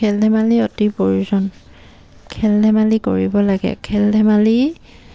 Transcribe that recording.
খেল ধেমালি অতি প্ৰয়োজন খেল ধেমালি কৰিব লাগে খেল ধেমালি